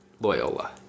Loyola